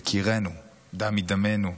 יקירינו, דם מדמנו.